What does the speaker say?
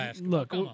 look